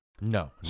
No